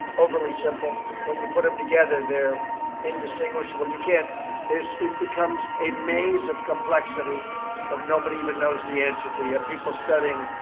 overly simple. when you put them together, they're indistinguishable. you can't it becomes a maze of complexity that nobody even knows the answer to. you have people studying,